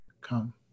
Come